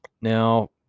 Now